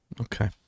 Okay